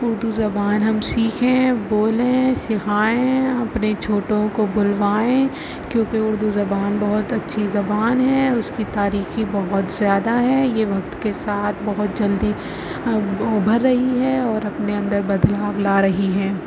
اردو زبان ہم سیکھیں بولیں سکھائیں اپنے چھوٹوں کو بلوائیں کیوں کہ اردو زبان بہت اچھی زبان ہے اس کی تاریخی بہت زیادہ ہے یہ وقت کے ساتھ بہت جلدی ابھر رہی ہے اور اپنے اندر بدلاؤ لا رہی ہے